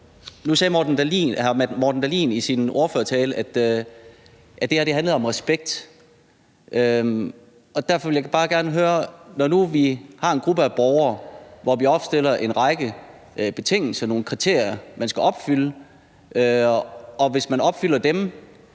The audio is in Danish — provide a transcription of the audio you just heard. nu sagde hr. Morten Dahlin i sin ordførertale, at det her handlede om respekt. Derfor vil jeg bare gerne høre: Nu har vi en gruppe af borgere, for hvem vi opstiller en række betingelser, nogle kriterier, de skal opfylde, og hvis de opfylder dem,